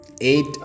eight